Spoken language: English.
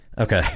Okay